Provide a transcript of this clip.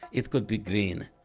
it could be green,